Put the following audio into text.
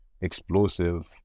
explosive